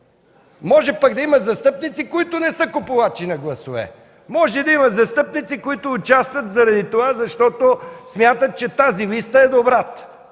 Може пък да има застъпници, които не са купувачи на гласове, може да има застъпници, които участват, защото смятат, че тази листа е добрата!